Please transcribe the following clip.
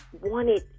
wanted